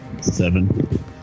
seven